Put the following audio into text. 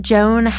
Joan